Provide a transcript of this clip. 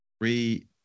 three